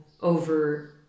over